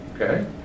Okay